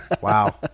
wow